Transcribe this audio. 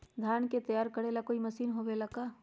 धान के तैयार करेला कोई मशीन होबेला का?